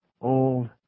Old